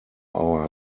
our